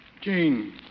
Jane